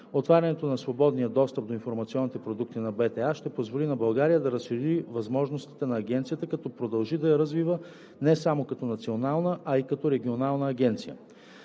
Отварянето на свободния достъп до информационните продукти на БТА ще позволи на България да разшири възможностите на Агенцията, като продължи да я развива не само като национална, а и като регионална агенция.